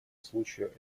случаю